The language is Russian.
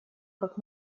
как